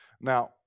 now